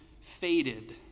faded